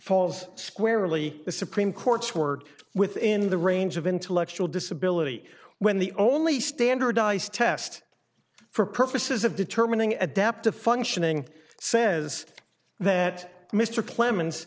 falls squarely the supreme court's word within the range of intellectual disability when the only standardized test for purposes of determining adaptive functioning says that mr clemens